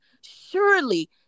surely